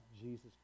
Jesus